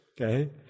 Okay